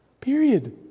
Period